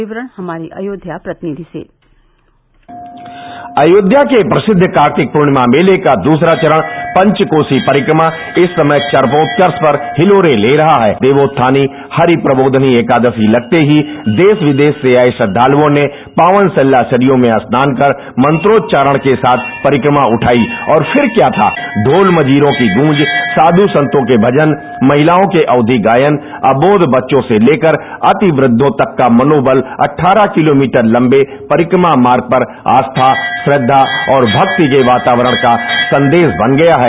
विवरण हमारे अयोध्या प्रतिनिधि से अयोध्या के प्रसिद्ध कार्तिक पूर्णिमा मेले का दूसरा चरण पंचकोसी परिक्रमा इस समय चरमोत्कर्ष पर हिलोरें ले रहा है द्य देवोत्थानीहरि प्रबोधनी एकादशी लगते ही देश विदेश से आये श्रद्धालुओं ने पावन सलिला सरयू में स्नान कर मंत्रोच्चारण के साथ परिक्रमाउठाई और फिर क्या था ढोल मजीरों की गूँजसाधू संतों के भजनमहिलाओं के अवधी गायनअवोध बच्चों से लेकर अति वृद्धों तकका मनोबल अहारह किलोमीटर लम्बे परिक्रमा मार्ग पर आस्था श्रद्धा और भक्ति के वातावरण का सन्देश बन गया है